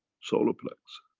solar plex.